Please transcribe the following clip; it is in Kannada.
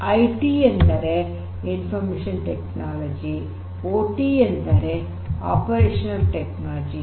ಐಟಿ ಎಂದರೆ ಇನ್ಫಾರ್ಮಶನ್ ಟೆಕ್ನಾಲಜಿ ಮತ್ತು ಓಟಿ ಅಂದರೆ ಅಪರೇಷನಲ್ ಟೆಕ್ನಾಲಜಿ